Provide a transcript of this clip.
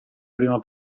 prima